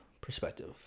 perspective